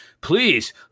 Please